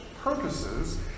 purposes